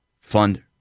fund